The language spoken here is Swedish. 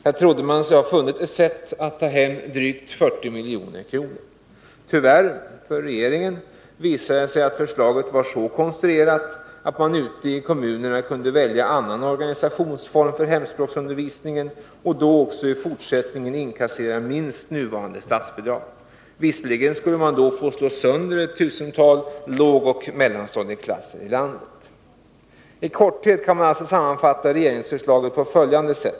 Här trodde man sig ha funnit ett sätt att ta hem drygt 40 milj.kr. 173 Tyvärr, för regeringen, visade det sig att förslaget var så konstruerat att man ute i kommunerna kunde välja annan organisationsform för hemspråksundervisningen och då också i fortsättningen inkassera minst nuvarande statsbidrag, även om man då skulle få slå sönder ett tusental lågoch mellanstadieklasser i landet. I korthet kan man sammanfatta regeringsförslaget på följande sätt.